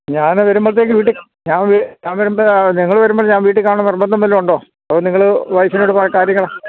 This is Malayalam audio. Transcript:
ഞാന് വരുമ്പോഴത്തേക്ക് വീട്ടില് നിങ്ങള് വരുമ്പോള് ഞാൻ വീട്ടില് കാണണമെന്ന് നിര്ബന്ധം വല്ലതുമുണ്ടോ അതോ നിങ്ങള് വൈഫിനോട് പറഞ്ഞ് കാര്യങ്ങള്